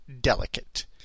delicate